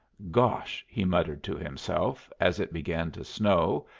gosh! he muttered to himself, as it began to snow,